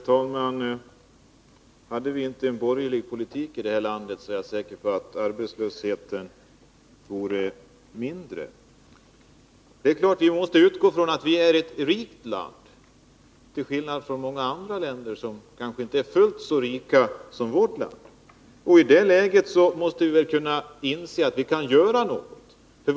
Herr talman! Om vi inte hade en borgerlig politik i det här landet, är jag säker på att arbetslösheten skulle vara mindre. Det är klart att vi måste utgå från att Sverige är ett rikt land, till skillnad från många andra länder som kanske inte är fullt så rika. I det läget måste vi väl kunna inse att vi kan göra någonting.